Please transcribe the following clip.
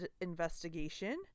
investigation